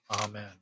Amen